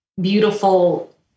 beautiful